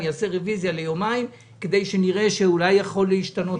אני אעשה רוויזיה ליומיים כדי שנראה אם זה יכול להשתנות.